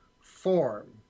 Form